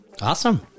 Awesome